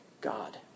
God